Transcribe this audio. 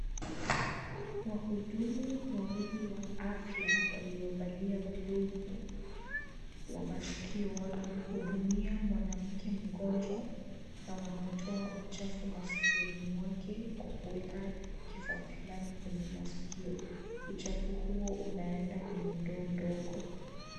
Wahudumu wawili wa afya waliovalia glovu wa maskio , wanamhudumia mwanamke mgonjwa na wanatoa uchafu maskioni mwake kueka kifaa fulani kwenye masikio, uchafu juu inaenda kwenye ndoo ndogo.